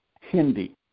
Hindi